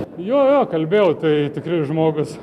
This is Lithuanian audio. jo jo kalbėjau tai tikrai žmogus